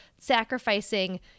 sacrificing